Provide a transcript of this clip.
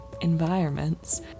environments